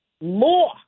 more